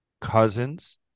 Cousins